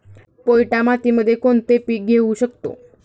पोयटा मातीमध्ये कोणते पीक घेऊ शकतो?